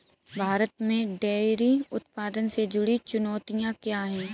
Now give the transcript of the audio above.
भारत में डेयरी उत्पादन से जुड़ी चुनौतियां क्या हैं?